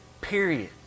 Period